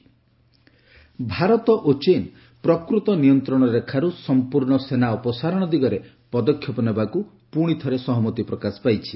ଭାରତ ଚୀନ ଭାରତ ଓ ଚୀନ ପ୍ରକୃତ ନିୟନ୍ତ୍ରଣ ରେଖାରୁ ସମ୍ପୂର୍ଣ୍ଣ ସେନା ଅପସାରଣ ଦିଗରେ ପଦକ୍ଷେପ ନେବାକୁ ପୁଣି ଥରେ ସହମତି ପ୍ରକାଶ ପାଇଛି